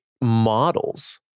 models